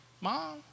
mom